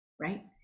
right